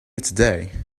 today